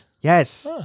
Yes